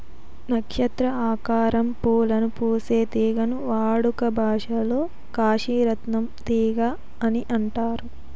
నక్షత్ర ఆకారం పూలను పూసే తీగని వాడుక భాషలో కాశీ రత్నం తీగ అని అంటారు